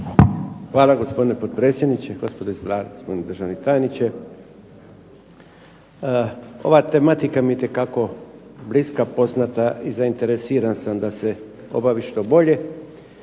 Hvala gospodine potpredsjedniče, gospodo iz Vlade, gospodine državni tajniče. Ova tematika mi je itekako bliska, poznata i zainteresiran sam da se obavi što bolje.